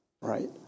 right